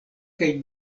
kaj